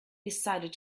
decided